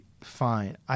fine